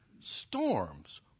storms